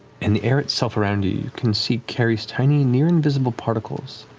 and the air itself around you, you can see carries tiny near-invisible particles,